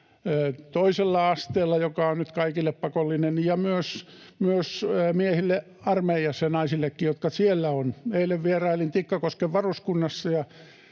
toisella asteella, joka on nyt kaikille pakollinen, ja myös armeijassa miehille ja naisillekin, jotka siellä ovat. Eilen vierailin Tikkakosken varuskunnassa,